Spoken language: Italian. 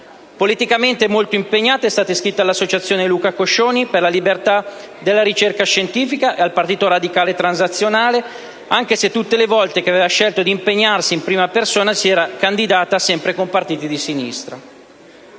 Politicamente molto impegnata, è stata iscritta all'Associazione Luca Coscioni per la libertà della ricerca scientifica e al Partito Radicale Transnazionale, anche se tutte le volte che aveva scelto di impegnarsi in prima persona si era candidata sempre con partiti di sinistra.